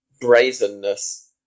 brazenness